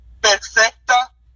perfecta